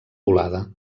volada